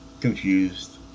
confused